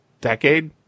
decade